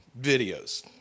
videos